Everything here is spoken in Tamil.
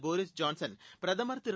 போரிஸ் ஜான்சன் பிரதமர் திரு